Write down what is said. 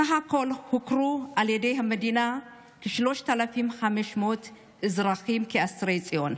סך הכול הוכרו על ידי המדינה כ-3,500 אזרחים כאסירי ציון,